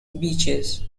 beaches